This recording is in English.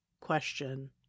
question